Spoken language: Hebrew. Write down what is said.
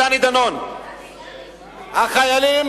החיילים